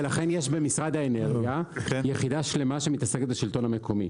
ולכן יש במשרד האנרגיה יחידה שלמה שמתעסקת בשלטון המקומי.